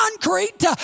concrete